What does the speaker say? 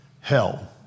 hell